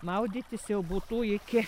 maudytis jau būtų iki